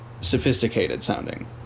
sophisticated-sounding